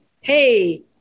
Hey